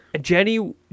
Jenny